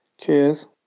cheers